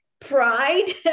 pride